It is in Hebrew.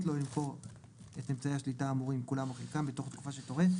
לו למכור את אמצעי השליטה האמורים כולם או חלקם בתוך תקופה שתורה,